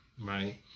Right